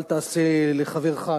אל תעשה לחברך,